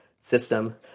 system